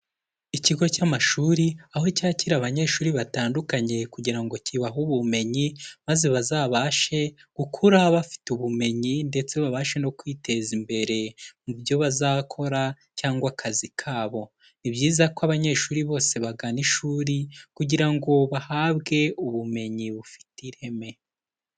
Ikigo cy'amashuri aho cyakira abanyeshuri batandukanye kugira ngo kibahe ubumenyi maze bazabashe gukura bafite ubumenyi ndetse babashe no kwiteza imbere mu byo bazakora cyangwa akazi kabo, ni byiza ko abanyeshuri bose bagana ishuri kugira ngo bahabwe ubumenyi bufite ireme.